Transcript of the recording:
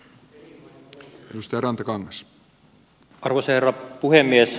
arvoisa herra puhemies